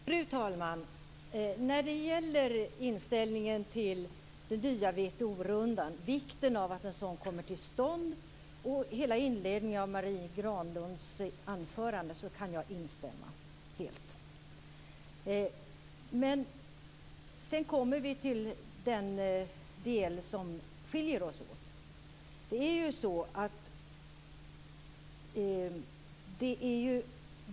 Fru talman! När det gäller inställningen till den nya WTO-rundan, vikten av att en sådan kommer till stånd och hela inledningen av Marie Granlunds anförande kan jag instämma helt. Men sedan kommer vi till den del som skiljer oss åt.